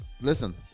Listen